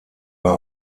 war